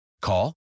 Call